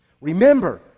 Remember